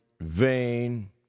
vain